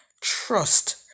trust